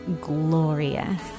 glorious